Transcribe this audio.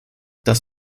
das